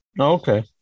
Okay